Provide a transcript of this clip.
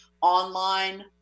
online